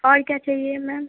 और क्या चाहिए मैम